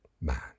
man